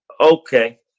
Okay